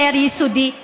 יותר יסודי,